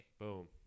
Boom